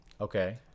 Okay